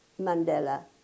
Mandela